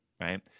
right